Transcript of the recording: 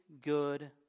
good